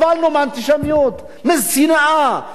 בגלל התרבות המפוארת של היהדות שלנו.